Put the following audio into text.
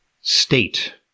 state